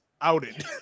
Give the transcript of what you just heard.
outed